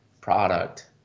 product